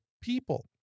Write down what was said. people